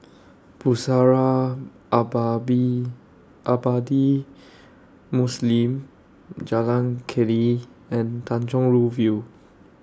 Pusara Aba beAbadi Muslim Jalan Keli and Tanjong Rhu View